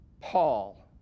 Paul